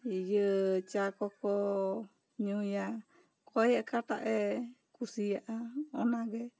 ᱤᱭᱟᱹ ᱪᱟ ᱠᱚᱠᱚ ᱧᱩᱭᱟ ᱚᱠᱚᱭ ᱚᱠᱟᱴᱟᱜ ᱮ ᱠᱩᱥᱤᱭᱟᱜᱼᱟ ᱚᱱᱟ ᱜᱮ